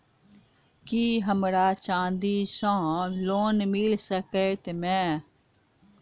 की हमरा चांदी सअ लोन मिल सकैत मे?